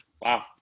Wow